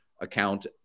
account